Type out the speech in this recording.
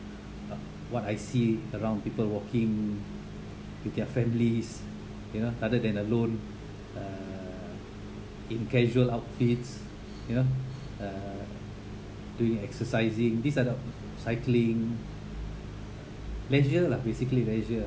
uh what I see around people walking with their families you know rather than alone uh in casual outfits you know uh doing exercising these are the cycling leisure lah basically leisure